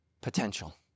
potential